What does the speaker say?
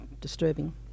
disturbing